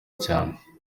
cyane